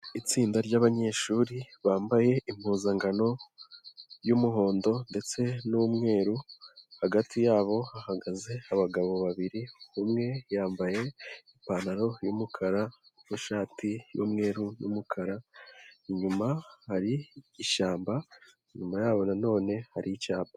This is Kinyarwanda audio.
Itsinda ry'abanyeshuri bambaye impuzankano y'umuhondo ndetse n'umweru, hagati yabo hahagaze abagabo babiri umwe yambaye ipantaro y'umukara n'ishati y'umweru n',umukara inyuma hari ishyamba, inyuma yabo nanone hariho icyapa.